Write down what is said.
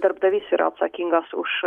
darbdavys yra atsakingas už